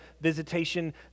visitation